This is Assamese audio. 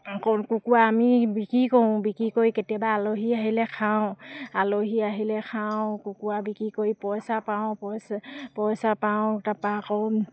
কুকুৰা আমি বিক্ৰী কৰোঁ বিক্ৰী কৰি কেতিয়াবা আলহী আহিলে খাওঁ আলহী আহিলে খাওঁ কুকুৰা বিক্ৰী কৰি পইছা পাওঁ পইছা পইছা পাওঁ তাৰপৰা আকৌ